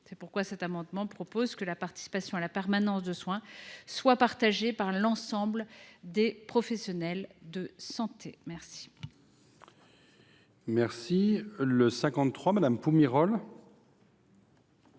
C’est pourquoi cet amendement vise à faire en sorte que la participation à la permanence de soins soit partagée par l’ensemble des professionnels de santé.